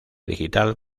digital